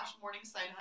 Morningside